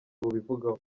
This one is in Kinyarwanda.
bubivugaho